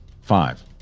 Five